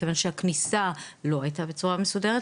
מכיוון שהכניסה לא הייתה בצורה מסודרת,